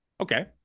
okay